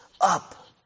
up